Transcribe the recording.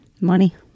Money